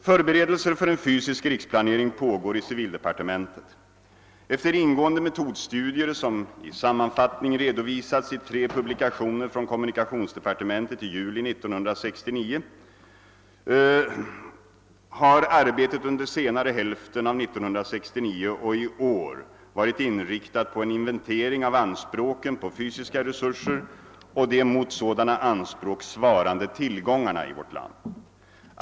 Förberedelser för en fysisk riksplanering pågår i civildepartementet. Efter ingående metodstudier som i sammanfattning redovisats i tre publikationer från kommunikationsdepartementet i juli 1969 har arbetet under senare hälften av 1969 och i år varit inriktat på en inventering av anspråken på fysiska resurser och de mot sådana anspråk svarande tillgångarna i vårt land.